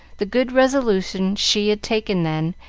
the good resolution she had taken then,